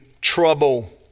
trouble